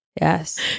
yes